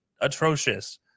atrocious